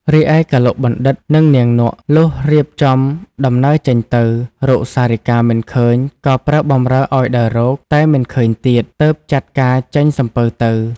រីឯកឡុកបណ្ឌិត និងនាងនក់ លុះរៀបចំដំណើរចេញទៅ រកសារិកាមិនឃើញក៏ប្រើបម្រើឲ្យដើររក តែមិនឃើញទៀត ទើបចាត់ការចេញសំពៅទៅ ។